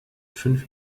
fünf